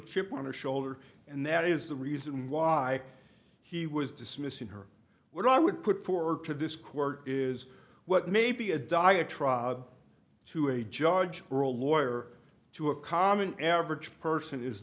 chip on her shoulder and that is the reason why he was dismissing her what i would put forward to this court is what may be a diatribe to a judge or a lawyer to a common average person is